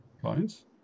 clients